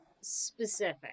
specific